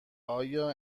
آیا